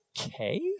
Okay